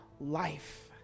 life